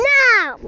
now